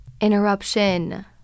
interruption